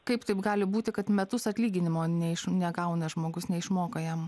kaip taip gali būti kad metus atlyginimo ne iš negauna žmogus neišmoka jam